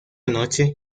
noche